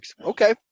Okay